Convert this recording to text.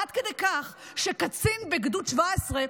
עד כדי כך שקצין בגדוד 17,